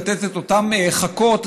לתת את אותן חכות,